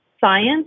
science